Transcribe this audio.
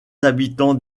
habitants